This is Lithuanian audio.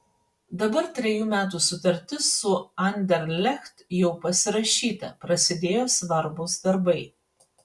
dabar trejų metų sutartis su anderlecht jau pasirašyta prasidėjo svarbūs darbai